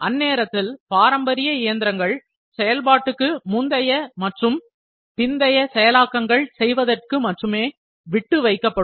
அந்நேரத்தில் பாரம்பரிய இயந்திரங்கள் செயல்பாட்டுக்கு முந்திய மற்றும் பிந்திய செயலாக்கங்களை செய்வதற்காக மட்டுமே விட்டு வைக்கப்படும்